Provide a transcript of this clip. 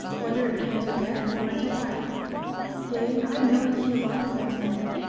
whether it be unto death or unto life yea, i know that he allotteth unto men,